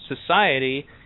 society